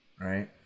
right